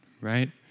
right